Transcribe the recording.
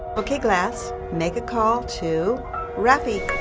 okay glass. make a call to raffie.